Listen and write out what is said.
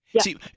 See